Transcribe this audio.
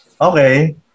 Okay